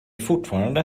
fortfarande